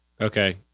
Okay